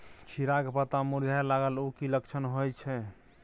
खीरा के पत्ता मुरझाय लागल उ कि लक्षण होय छै?